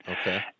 Okay